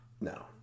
no